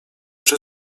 czy